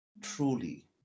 Truly